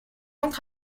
entre